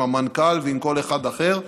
עם המנכ"ל ועם כל אחד אחר,